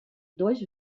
dois